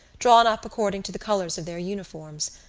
drawn up according to the colours of their uniforms,